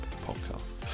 Podcast